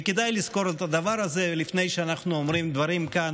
וכדאי לזכור את הדבר הזה לפני שאנחנו אומרים דברים כאן